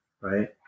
right